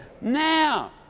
Now